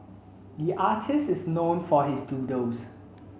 the artists is known for his doodles